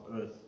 earth